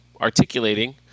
articulating